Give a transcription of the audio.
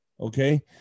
okay